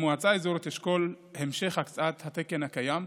מועצה אזורית אשכול, המשך הקצאת התקן הקיים,